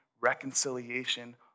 reconciliation